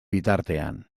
bitartean